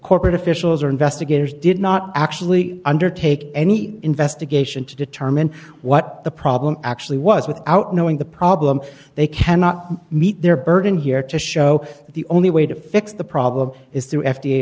corporate officials or investigators did not actually undertake any investigation to determine what the problem actually was without knowing the problem they cannot meet their burden here to show that the only way to fix the problem is t